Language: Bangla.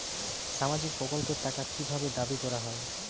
সামাজিক প্রকল্পের টাকা কি ভাবে দাবি করা হয়?